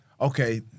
Okay